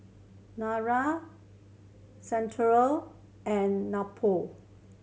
Nutren Centrum and Nepro